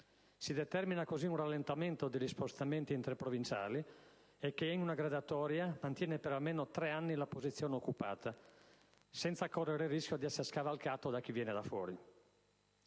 Si determina così un rallentamento degli spostamenti interprovinciali, e chi è in una graduatoria mantiene per almeno 3 anni la posizione occupata, senza correre il rischio di essere scavalcato da chi viene da fuori.